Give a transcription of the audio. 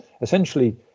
essentially